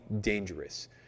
dangerous